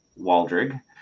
Waldrig